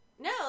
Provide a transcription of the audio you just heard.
No